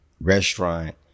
restaurant